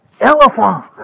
elephant